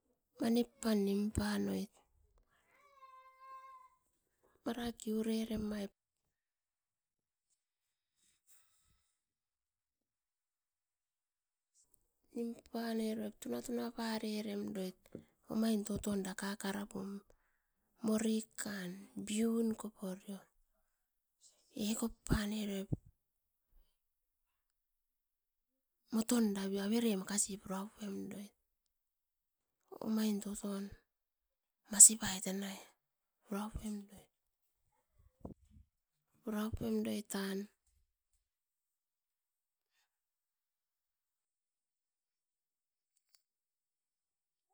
Manip pam nim panoit mara kiure remaip, nim panoip tuna tuna pure remait omain toton era kakara pum. Mori kan, biun koporio, ekop pane koip moton era avere makasi pura puem roit. Omain toton masi pai tanai pura puem roit pura puem roit tan.